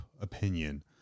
opinion